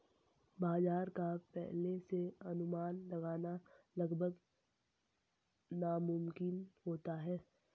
बाजार का पहले से अनुमान लगाना लगभग नामुमकिन होता है